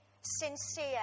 sincere